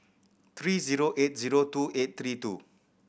three zero eight zero two eight three two